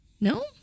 no